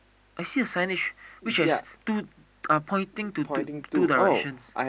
I see a signage which has two pointing to two two directions